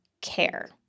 care